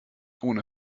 ohne